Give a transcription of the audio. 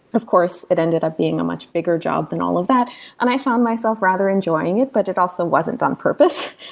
of course, it ended up being a much bigger job than all of that and i found myself rather enjoying it, but it also wasn't on purpose.